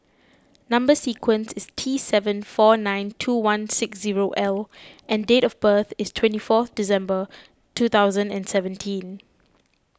Number Sequence is T seven four nine two one six zero L and date of birth is twenty four December two thousand and seventeen